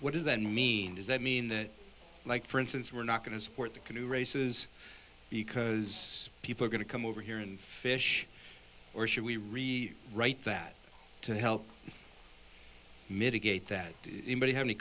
what does that mean does that mean that like for instance we're not going to support the canoe races because people are going to come over here and fish or should we read write that to help mitigate that to anybody have any